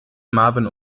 marvin